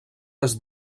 des